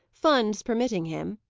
funds permitting him.